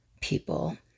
people